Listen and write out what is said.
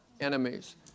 enemies